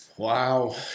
Wow